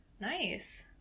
Nice